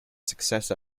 success